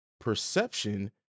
perception